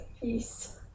peace